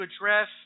address